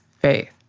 faith